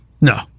No